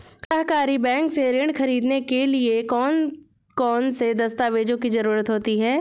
सहकारी बैंक से ऋण ख़रीदने के लिए कौन कौन से दस्तावेजों की ज़रुरत होती है?